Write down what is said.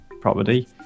property